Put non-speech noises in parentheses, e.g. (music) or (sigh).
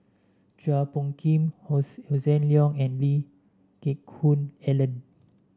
Chua Phung Kim (unintelligible) Hossan Leong and Lee Geck Hoon Ellen